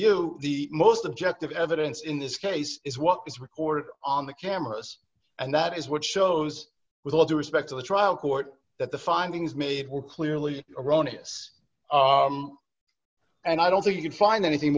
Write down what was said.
you the most objective evidence in this case is what was recorded on the cameras and that is what shows with all due respect to the trial court that the findings made were clearly erroneous and i don't say you can find anything